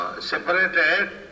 separated